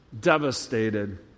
devastated